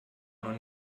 noch